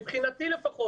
לפחות מבחינתי,